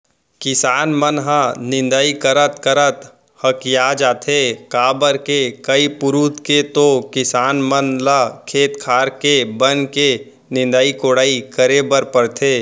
किसान मन ह निंदई करत करत हकिया जाथे काबर के कई पुरूत के तो किसान मन ल खेत खार के बन के निंदई कोड़ई करे बर परथे